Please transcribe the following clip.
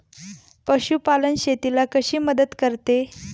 पशुपालन शेतीला कशी मदत करते?